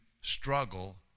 struggle